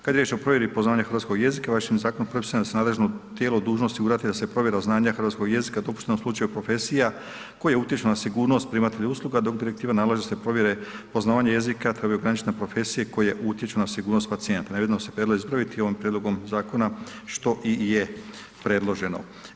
Kada je riječ o provjeri poznavanja hrvatskog jezika važećim zakonom propisano je da se nadležno tijelo dužno osigurati da se provjera znanja hrvatskog jezika dopuštena u slučaju profesija koje utječu na sigurnost primatelja usluga dok direktiva nalaže da se provjere poznavanja jezika trebaju ograničiti na profesije koje utječu na sigurnost ... Navedeno se predlaže ispraviti ovim prijedlogom zakona što i je predloženo.